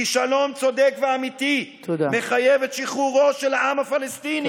שלום צודק ואמיתי מחייב את שחרורו של העם הפלסטיני,